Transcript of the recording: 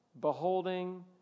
beholding